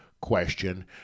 question